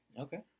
Okay